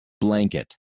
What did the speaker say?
blanket